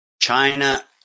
China